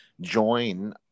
join